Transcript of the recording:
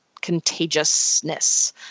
contagiousness